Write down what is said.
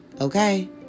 okay